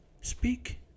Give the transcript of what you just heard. speak